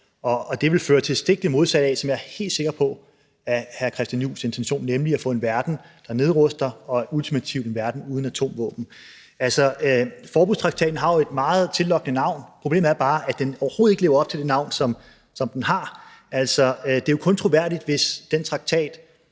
det vil føre til det stik modsatte af det, som jeg er helt sikker på er hr. Christian Juhls intention, nemlig at få en verden, der nedruster, og ultimativt en verden uden atomvåben. Forbudstraktaten har jo et meget tillokkende navn. Problemet er bare, at den overhovedet ikke lever op til det navn, som den har. Det er jo kun troværdigt, hvis den traktat